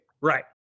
Right